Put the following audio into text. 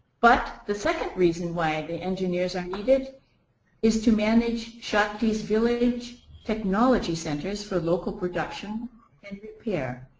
but the second reason why the engineers are needed is to manage shakti's village technology centers for local production and repair.